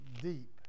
deep